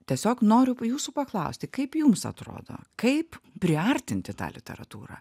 tiesiog noriu jūsų paklausti kaip jums atrodo kaip priartinti tą literatūrą